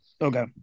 Okay